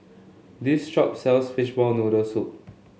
this shop sells Fishball Noodle Soup